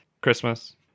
Christmas